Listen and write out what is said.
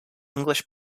english